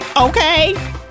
okay